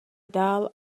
dál